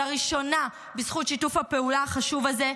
לראשונה, בזכות שיתוף הפעולה החשוב הזה,